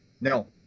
No